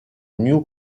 new